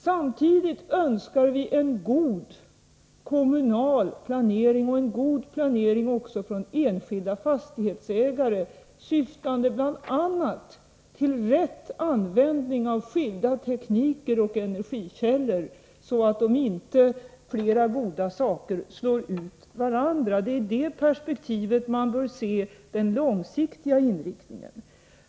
Samtidigt önskar vi en god kommunal planering, liksom också en god planering från enskilda fastighetsägares sida, bl.a. syftande till rätt användning av skilda tekniker och energikällor, så att inte flera goda saker slår ut varandra. Man bör alltså ha denna långsiktiga inriktning.